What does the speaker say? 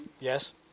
Yes